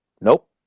Nope